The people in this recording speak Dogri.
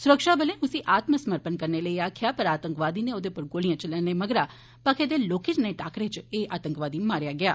सुरक्षाबलें उस्सी आत्मसमर्पण करने लेई आक्खेआ पर आतंकवादी नै उन्दे उप्पर गोलियां चलाईयां मगरा भक्खे दे लौह्के नेह टाकरे च एह् आतंकवादी मारेआ गेआ